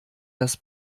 das